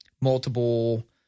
multiple –